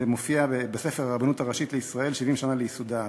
זה מופיע בספר "הרבנות הראשית לישראל: 70 שנה לייסודה".